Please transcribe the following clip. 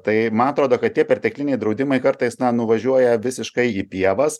tai man atrodo kad tie pertekliniai draudimai kartais nuvažiuoja visiškai į pievas